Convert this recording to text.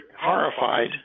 horrified